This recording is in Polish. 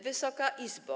Wysoka Izbo!